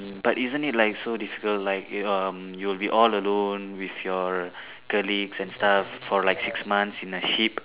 mm but isn't it like so difficult like you um you will be all alone with your colleagues and stuff for like six months in a ship